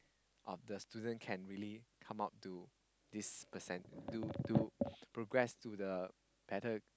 of the student can really come out to this percent to to progress to the better